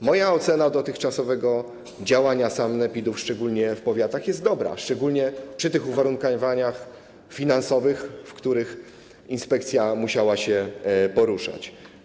Moja ocena dotychczasowego działania sanepidów, szczególnie w powiatach, jest dobra, szczególnie w tych uwarunkowaniach finansowych, w których inspekcja musiała się poruszać.